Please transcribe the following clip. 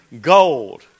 gold